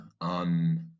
on